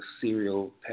serial